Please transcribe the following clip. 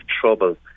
trouble